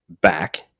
back